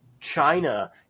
China